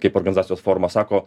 kaip organizacijos forma sako